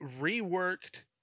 reworked